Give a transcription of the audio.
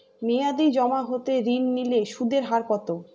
মেয়াদী জমা হতে ঋণ নিলে সুদের হার কত?